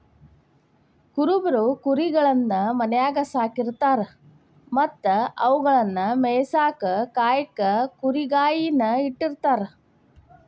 ಕುರುಬರು ಕುರಿಗಳನ್ನ ಮನ್ಯಾಗ್ ಸಾಕಿರತಾರ ಮತ್ತ ಅವುಗಳನ್ನ ಮೇಯಿಸಾಕ ಕಾಯಕ ಕುರಿಗಾಹಿ ನ ಇಟ್ಟಿರ್ತಾರ